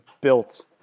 built